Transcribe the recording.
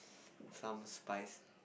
some spice